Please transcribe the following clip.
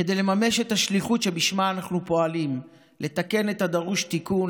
כדי לממש את השליחות שבשמה אנחנו פועלים: לתקן את הדרוש לתיקון,